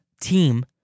team